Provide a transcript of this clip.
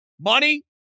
Money